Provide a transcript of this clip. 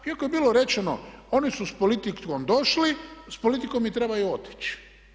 Iako je bilo rečeno oni su s politikom došli s politikom i trebaju otići.